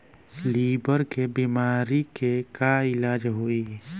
Liver के बीमारी के का इलाज होई?